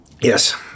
Yes